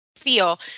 feel